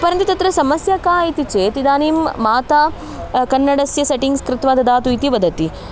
परन्तु तत्र समस्या का इति चेत् इदानीं माता कन्नडस्य सेटिङ्ग्स् कृत्वा ददातु इति वदति